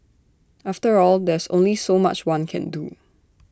after all there's only so much one can do